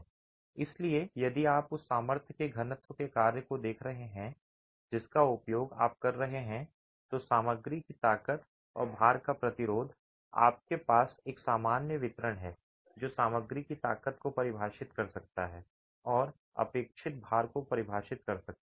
इसलिए यदि आप उस सामर्थ्य के घनत्व के कार्य को देख रहे हैं जिसका उपयोग आप कर रहे हैं तो सामग्री की ताकत और भार का प्रतिरोध आपके पास एक सामान्य वितरण है जो सामग्री की ताकत को परिभाषित कर सकता है और अपेक्षित भार को परिभाषित कर सकता है